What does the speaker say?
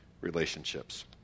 relationships